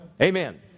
Amen